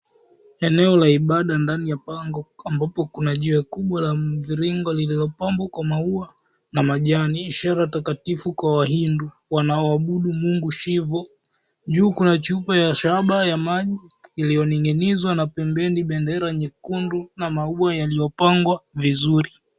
Eneo la ibaada ndani ya pango ambapo kuna jiwe ambapo kuna jiwe kubwa la mviringo lililopambwa kwa maua na majani ishara takatifu kwa wahindi wanaoabudu mungu Shivu. Juu kuna chupa ya shaba ya maji iliyoning'inizwa na pembeni bendera nyekundu na maua yaliyopangwa vizuri.